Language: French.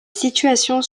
situation